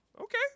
Okay